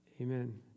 Amen